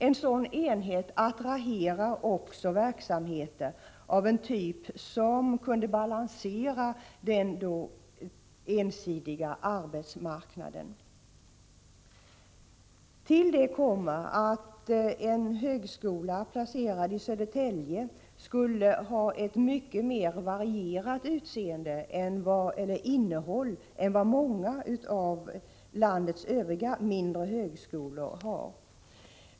En sådan enhet attraherar också verksamheter av sådan typ som kunde balansera den ensidiga arbetsmarknaden. Till detta kommer att en högskola placerad i Södertälje skulle ha ett mycket mer varierat innehåll än vad många av landets övriga mindre högskolor har.